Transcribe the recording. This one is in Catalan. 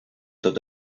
tot